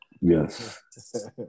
Yes